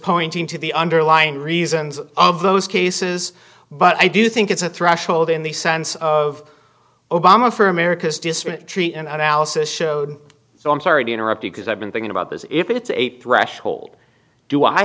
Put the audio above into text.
pointing to the underlying reasons of those cases but i do think it's a threshold in the sense of obama for america's disparate tree and alice's showed so i'm sorry to interrupt you because i've been thinking about this if it's eight threshold do i